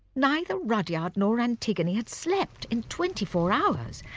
neither rudyard nor antigone had slept in twenty-four hours,